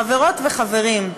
חברות וחברים,